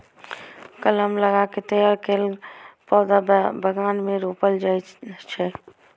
कलम लगा कें तैयार कैल पौधा बगान मे रोपल जाइ छै